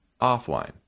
offline